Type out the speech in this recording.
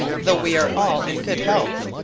though we are all in good health,